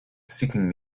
seeking